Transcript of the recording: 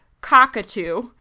cockatoo